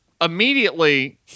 immediately